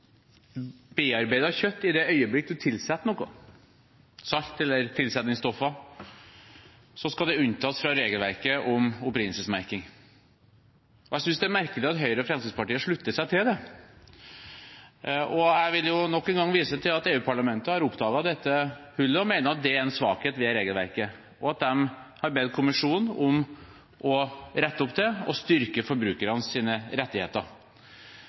kjøtt, i det øyeblikket man tilsetter noe, salt eller tilsetningsstoffer, skal unntas fra regelverket om opprinnelsesmerking. Jeg synes det er merkelig at Høyre og Fremskrittspartiet slutter seg til det, og jeg vil nok en gang vise til at EU-parlamentet har oppdaget dette hullet og mener at det er en svakhet ved regelverket. De har bedt kommisjonen om å rette opp dette og styrke forbrukernes rettigheter.